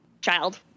child